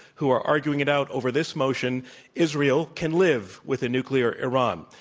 who are arguing it out over this motion israel can live with a nuclear iran.